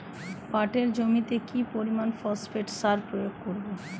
পাটের জমিতে কি পরিমান ফসফেট সার প্রয়োগ করব?